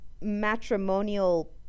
matrimonial